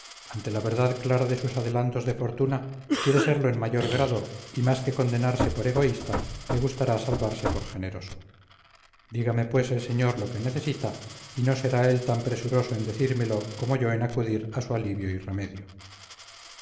ante la verdad clara de sus adelantos de fortuna quiere serlo en mayor grado y más que condenarse por egoísta le gustará salvarse por generoso dígame pues el señor lo que necesita y no será él tan presuroso en decírmelo como yo en acudir a su alivio y remedio